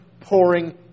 pouring